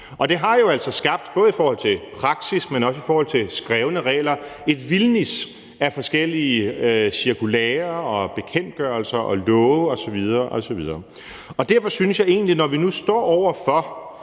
regler, et vildnis af forskellige cirkulærer og bekendtgørelser og love osv. osv. Derfor synes jeg egentlig, når vi nu står over for